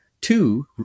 Two